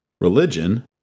religion